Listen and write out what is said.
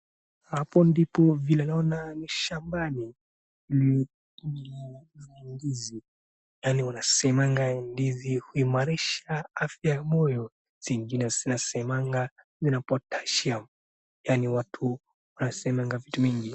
Hapo ndipo vile naoona ni shambani lina mandizi. Yaani wanasemanga ndizi huimarisha afya ya moyo zingine zinasemanga zina potassium yaani watu wanasemanga vitu mingi.